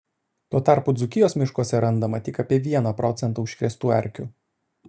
tuo tarpu dzūkijos miškuose randama tik apie vieną procentą užkrėstų erkių